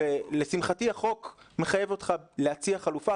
ולשמחתי החוק מחייב אותך להציע חלופה,